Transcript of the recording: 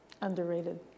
Underrated